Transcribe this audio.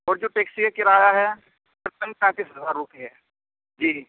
اور جو ٹیکسی کا کرایہ ہے تقریباً سینتیس ہزار روپے ہے جی